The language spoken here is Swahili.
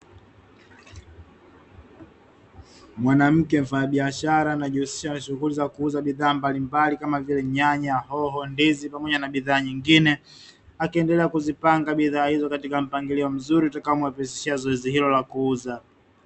Mwanamke mfanyabiashara anayejihusisha na shughuli za kuuza bidhaa mbalimbali kama vile: nyanya, hoho, ndizi pamoja na bidhaa nyingine'; akiendelea kuzipanga bidhaa hizo katika mpangilio mzuri utakaomrahisishia zoezi hilo la kuuza.